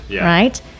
right